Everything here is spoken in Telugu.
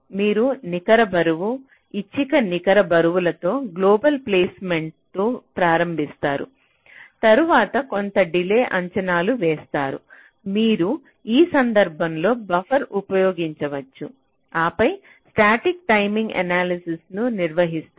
మీరు నికర బరువు ఐచ్ఛిక నికర బరువులతో గ్లోబల్ ప్లేస్మెంట్తో ప్రారంభిస్తారు తరువాత కొంత డిలే అంచనాలు చేస్తారు మీరు ఈ సందర్భంలో బఫర్లను ఉపయోగించవచ్చు ఆపై స్టాటిక్ టైమింగ్ ఎనాలసిస్ ను నిర్వహిస్తారు